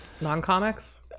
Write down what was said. non-comics